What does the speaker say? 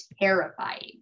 terrifying